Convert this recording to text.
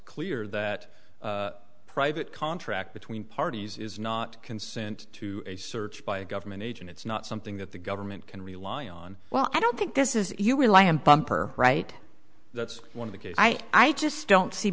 clear that private contract between parties is not consent to a search by a government agent it's not something that the government can rely on well i don't think this is you rely on bumper right that's one of the case i i just don't see